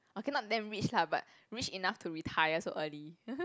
okay not damn rich lah but rich enough to retire so early